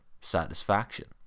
satisfaction